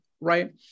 right